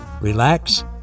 relax